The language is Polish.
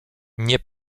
nie